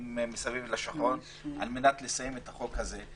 מסביב לשעון על מנת לסיים את החוק הזה.